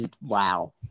Wow